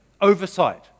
oversight